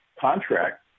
contract